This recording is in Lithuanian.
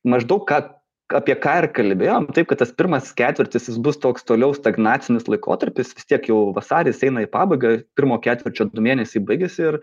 maždaug ką apie ką ir kalbėjom taip kad tas pirmas ketvirtis jis bus toks toliau stagnacinis laikotarpis vis tiek jau vasaris eina į pabaigą pirmo ketvirčio du mėnesiai baigiasi ir